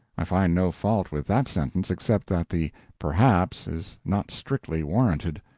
i find no fault with that sentence except that the perhaps is not strictly warranted.